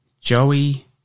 Joey